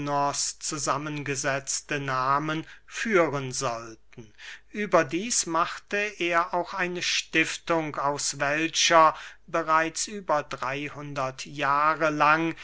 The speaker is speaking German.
zusammengesetzte nahmen führen sollten überdieß machte er auch eine stiftung aus welcher bereits über drey hundert jahre lang